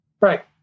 Right